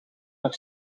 nog